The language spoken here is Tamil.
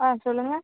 ஆ சொல்லுங்கள்